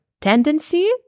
tendency